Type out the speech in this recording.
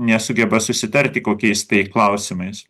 nesugeba susitarti kokiais tai klausimais